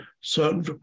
certain